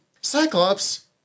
Cyclops